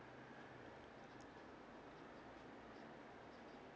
two